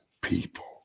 people